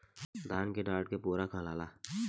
धान के डाठ के पुआरा कहाला